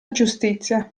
giustizia